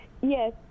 yes